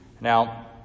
Now